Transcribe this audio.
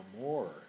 more